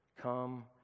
Come